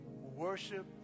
worship